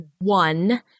one